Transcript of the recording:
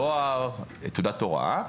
תואר או תעודת הוראה,